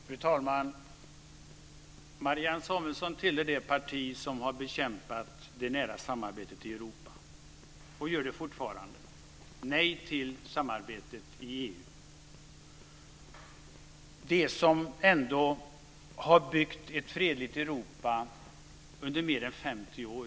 Fru talman! Marianne Samuelsson tillhör det parti som har bekämpat det nära samarbetet i Europa och fortfarande gör det. Det säger nej till samarbetet i EU. Det samarbetet har ändå byggt ett fredligt Europa under mer än 50 år.